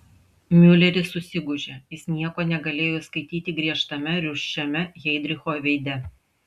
miuleris susigūžė jis nieko negalėjo įskaityti griežtame rūsčiame heidricho veide